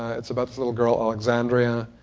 ah it's about this little girl alexandria,